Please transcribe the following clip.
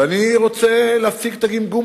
אבל אני רוצה להפסיק את הגמגום,